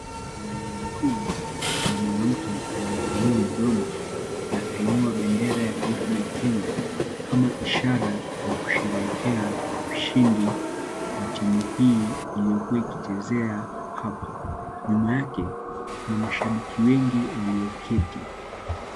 Uwanjani huu kuna mwanamke aliyepanua mdomo na akainua bendera ya taifa la Kenya kama ishara ya kusherehekea ushindi wa timu hii iliyokuwa ikichezea hapa. Nyuma yake kuna mashabiki wengi walioketi.